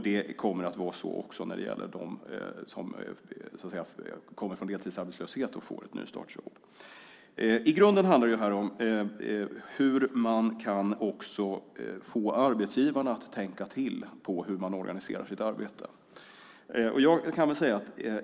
Det kommer att vara så också när det gäller dem som kommer från deltidsarbetslöshet och får ett nystartsjobb. I grunden handlar det om hur man också kan få arbetsgivarna att tänka till när det gäller hur de organiserar sitt arbete.